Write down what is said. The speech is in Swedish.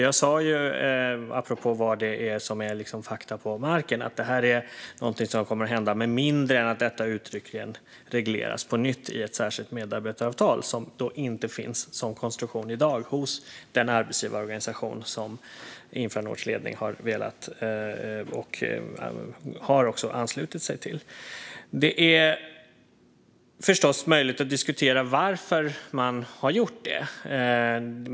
Jag sa, apropå vad som är fakta, att detta är något som kommer att hända om det inte uttryckligen regleras på nytt i ett särskilt medarbetaravtal, som inte finns som konstruktion i dag hos den arbetsgivarorganisation som Infranords ledning har anslutit sig till. Det är förstås möjligt att diskutera varför man har gjort detta.